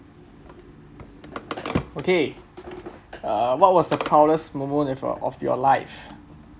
okay uh what was the proudest moment of your life